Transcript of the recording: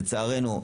לצערנו,